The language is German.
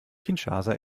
kinshasa